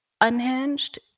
unhinged